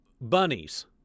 bunnies